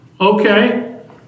Okay